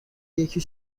یکی